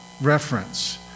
reference